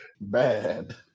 Bad